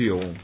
cancer